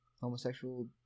homosexual